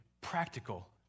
practical